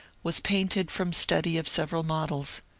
was painted from study of several models.